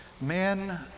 Men